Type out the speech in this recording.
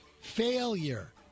Failure